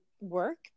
work